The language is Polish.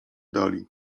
dali